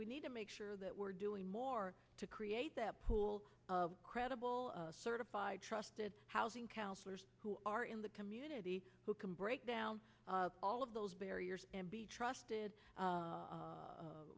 we need to make sure that we're doing more to create that pool of credible certified trusted housing counselors who are in the community who can break down all of those barriers be trusted